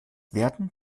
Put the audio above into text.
werden